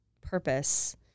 purpose